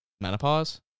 menopause